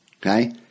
okay